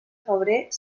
febrer